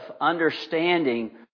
understanding